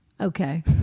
Okay